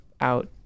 out